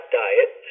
diet